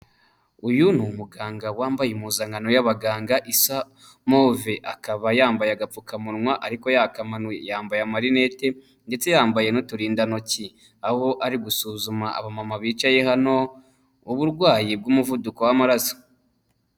Uyu ni umuganga wambaye impuzankano y'abaganga isa move, akaba yambaye agapfukamunwa ariko yakamanuye. Yambaye amarinete ndetse yambaye n'uturindantoki, aho ari gusuzuma abamama bicaye hano uburwayi bw'umuvuduko w'amaraso.